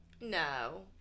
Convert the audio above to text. No